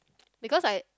because like